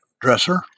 dresser